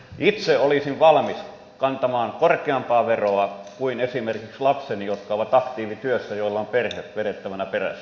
itse olisin valmis kantamaan korkeampaa veroa kuin esimerkiksi lapseni jotka ovat aktiivityössä ja joilla on perhe vedettävänä perässä